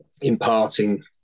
imparting